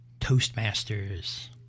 Toastmasters